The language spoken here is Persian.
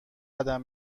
قدم